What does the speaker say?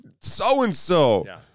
so-and-so